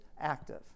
active